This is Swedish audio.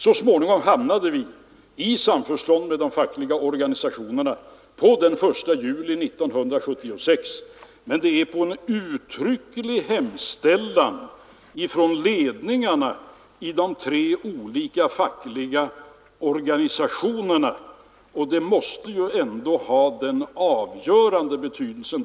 Så småningom hamnade vi i samförstånd med de fackliga organisationerna på den 1 juli 1976, men det är på en uttrycklig hemställan från ledningarna för de tre olika fackliga organisationerna, och det måste ju ändå ha den avgörande betydelsen.